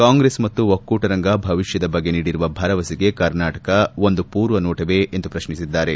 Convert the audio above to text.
ಕಾಂಗ್ರೆಸ್ ಮತ್ತು ಒಕ್ಕೂಟರಂಗ ಭವಿಷ್ಣದ ಬಗ್ಗೆ ನೀಡಿರುವ ಭರವಸೆಗೆ ಕರ್ನಾಟಕ ಒಂದು ಪೂರ್ವ ನೋಟವೇ ಎಂದು ಪ್ರಶ್ನಿಸಿದ್ದಾರೆ